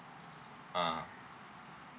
ah